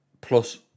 plus